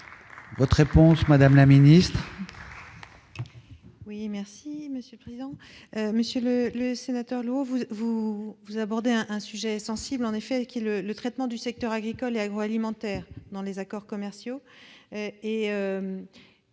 votre réponse, madame la ministre,